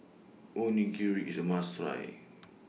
Onigiri IS A must Try